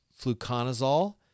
fluconazole